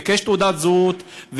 ביקש תעודת זהות,